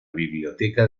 biblioteca